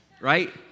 right